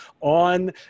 on